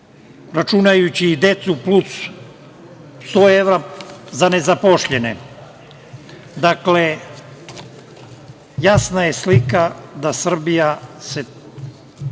računajući i decu, plus 100 evra za nezaposlene. Dakle, jasna je slika da se Srbija